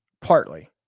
Partly